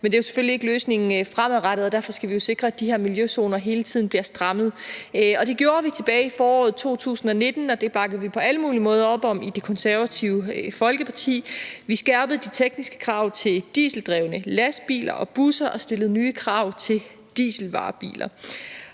Men det er jo selvfølgelig ikke løsningen fremadrettet, og derfor skal vi sikre, at de her miljøzoner hele tiden bliver strammet. Det gjorde vi tilbage i foråret 2019, og det bakkede vi på alle mulige måder op om i Det Konservative Folkeparti. Vi skærpede de tekniske krav til dieseldrevne lastbiler og busser samt stillede nye krav til dieselvarebiler.